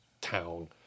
town